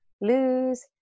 lose